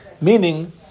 Meaning